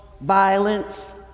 violence